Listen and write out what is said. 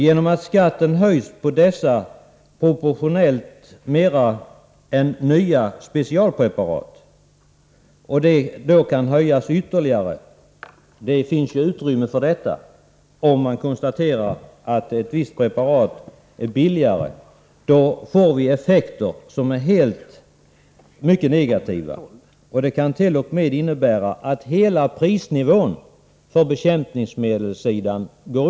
Genom att skatten på dessa höjs proportionellt sett mer än skatten på nya specialpreparat och även kan höjas ytterligare, vilket det finns utrymme för om man konstaterar att ett visst preparat är billigare, får vi effekter som är mycket negativa. Detta kan t.o.m. innebära att hela prisnivån för bekämpningsmedel stiger.